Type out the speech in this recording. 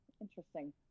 interesting